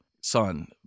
son